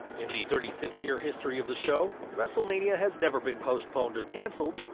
in the thirty six year history of the show, wrestlemania has never been postponed or cancelled,